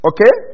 Okay